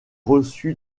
reçu